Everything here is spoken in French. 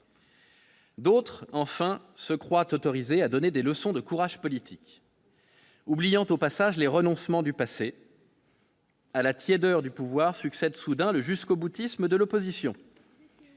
D'autres enfin se croit autorisé à donner des leçons de courage politique, oubliant tout au passage les renoncements du passé. à la tiédeur du pouvoir succède soudain le jusqu'au boutisme de l'opposition.